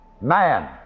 Man